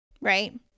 right